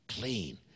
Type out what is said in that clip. clean